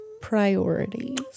Priorities